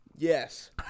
Yes